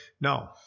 No